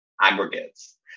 aggregates